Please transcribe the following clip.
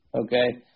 okay